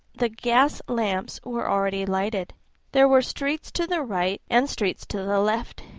the gas lamps were already lighted there were streets to the right, and streets to the left,